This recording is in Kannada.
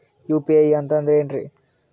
ಯು.ಪಿ.ಐ ಅಂತಂದ್ರೆ ಏನ್ರೀ?